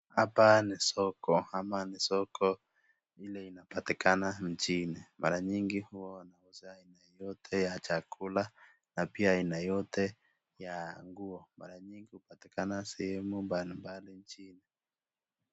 Hapa ni soko ama ni soko Ile inapatikana mchini ,mara nyingi huwa wanauza aina yote ya chakula na pia aina yote ya nguo. Mara nyingi hupatikana sehemu mbalimbali chini.